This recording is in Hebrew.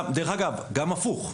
דרך אגב, גם הפוך.